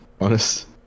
honest